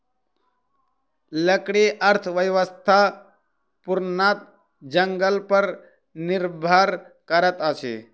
लकड़ी अर्थव्यवस्था पूर्णतः जंगल पर निर्भर करैत अछि